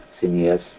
senior's